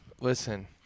Listen